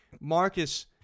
Marcus